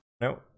No